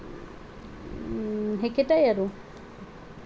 সেইকেইটাই আৰু